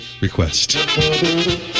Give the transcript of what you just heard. request